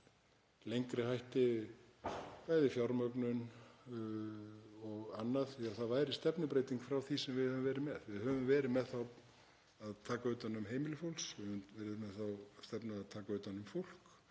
lengri hætti bæði fjármögnun og annað því að það væri stefnubreyting frá því sem við höfum verið með. Við höfum verið með þá stefnu að taka utan um heimili fólks, verið með þá stefnu að taka utan um fólk,